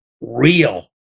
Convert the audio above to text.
real